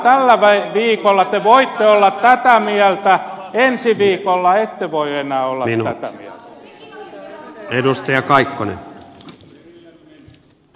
tällä viikolla te voitte olla tätä mieltä ensi viikolla ette voi enää olla tätä mieltä